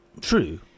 True